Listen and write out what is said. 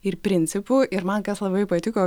ir principų ir man kas labai patiko